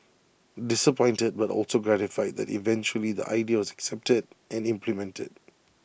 disappointed but also gratified that eventually the idea was accepted and implemented